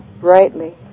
brightly